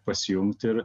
pasijungt ir